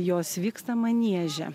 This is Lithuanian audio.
jos vyksta manieže